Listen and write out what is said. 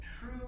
True